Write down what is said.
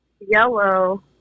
Yellow